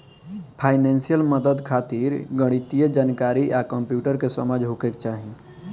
financial मदद खातिर गणितीय जानकारी आ कंप्यूटर के समझ होखे के चाही